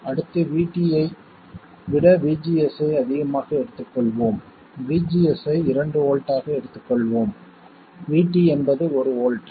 அடுத்து VT ஐ விட VGS ஐ அதிகமாக எடுத்துக்கொள்வோம் VGS ஐ இரண்டு வோல்ட் ஆக எடுத்துக்கொள்வோம் VT என்பது ஒரு வோல்ட்